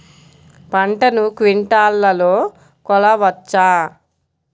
పంటను క్వింటాల్లలో కొలవచ్చా?